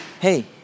hey